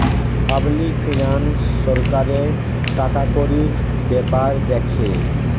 public finance সরকারের টাকাকড়ির বেপার দ্যাখে